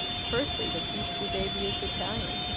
firstly, the beastly baby is italian.